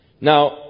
Now